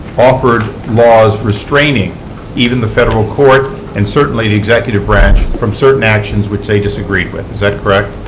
offered laws restraining even the federal court and certainly the executive branch from certain actions which they disagreed with. is that correct?